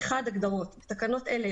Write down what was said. הגדרות בתקנות אלה,